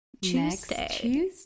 Tuesday